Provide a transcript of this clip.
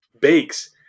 bakes